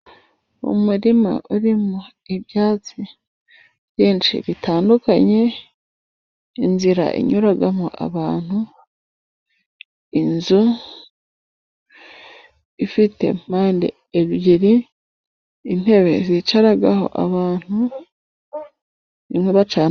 Umurima uririmo ibyatsi byinshi bitandukanye, inzira inyuramo abantu, inzu ifite mpande ebyiri, intebe zicaraho abantu inkwi baca.